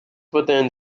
within